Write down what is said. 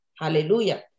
Hallelujah